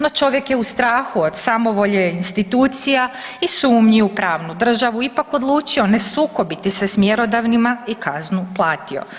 No čovjek je u strahu od samovolje institucija i sumnji u pravnu državu ipak odlučio ne sukobiti se s mjerodavnima i kaznu platio.